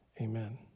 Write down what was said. amen